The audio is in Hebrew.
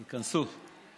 תיכנסו.